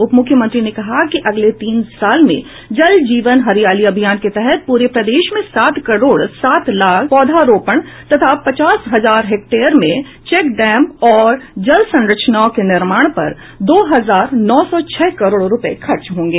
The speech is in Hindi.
उप मुख्यमंत्री ने कहा कि अगले तीन साल में जल जीवन हरियाली अभियान के तहत पूरे प्रदेश में सात करोड़ सात लाख पौधारोपण तथा पचास हजार हेक्टेयर में चेक डैम और जल संरचनाओं के निर्माण पर दो हजार नौ सौ छह करोड़ रुपये खर्च होंगे